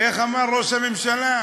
איך אמר ראש הממשלה?